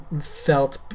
felt